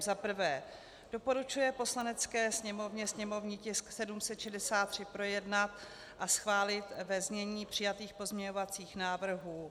Za prvé doporučuje Poslanecké sněmovně sněmovní tisk 763 projednat a schválit ve znění přijatých pozměňovacích návrhů.